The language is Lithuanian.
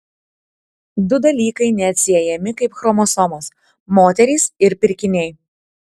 du dalykai neatsiejami kaip chromosomos moterys ir pirkiniai